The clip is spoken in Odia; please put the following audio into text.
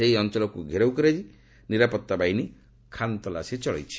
ସେହି ଅଞ୍ଚଳକୁ ଘେରାଓ କରି ନିରାପତ୍ତା ବାହିନୀ ଖାନ୍ତଲାସୀ ଚଳାଇଛି